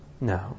No